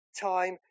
time